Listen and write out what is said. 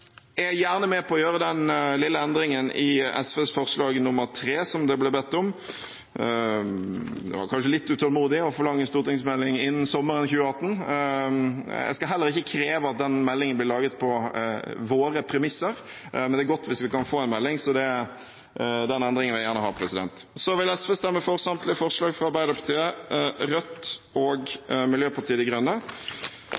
Jeg er gjerne med på å gjøre den lille endringen i SVs forslag nr. 3 som det ble bedt om. Det var kanskje litt utålmodig å forlange stortingsmelding «innen sommeren 2018». Jeg skal heller ikke kreve at den meldingen blir laget på våre premisser, men det er godt hvis vi kan få en melding, så den endringen vil jeg gjerne ha. Så vil SV stemme for samtlige forslag fra Arbeiderpartiet, Rødt og